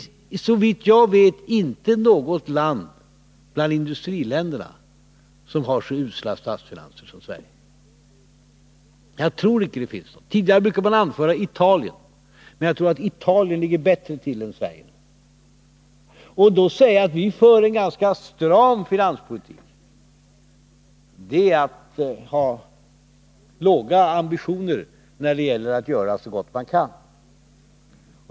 Jag tror inte att det finns något land bland industriländerna som har så usla statsfinanser som Sverige. Tidigare brukade man anföra Italien som exempel, men jag tror att Italien i dag ligger bättre till än Sverige. Att då säga att regeringen för en ganska stram finanspolitik är att ha låga ambitioner när det gäller att göra så gott man kan.